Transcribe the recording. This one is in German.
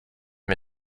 wir